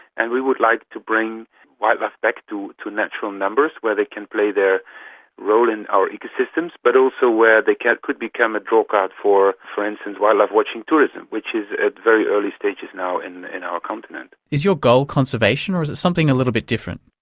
and we would like to bring wildlife back to to natural numbers where they can play their role in our ecosystems, but also where they could become a drawcard for, for instance, wildlife watching tourism, which is at the very early stages now in in our continent. is your goal conservation or is it something a little bit different?